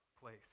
place